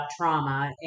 trauma